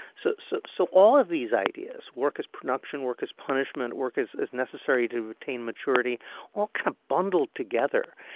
so so so all of these ideas work is production, work is punishment, work is is necessary to attain maturity all kind of bundled together.